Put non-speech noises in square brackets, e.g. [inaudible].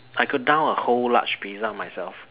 I could down a whole large pizza myself [laughs]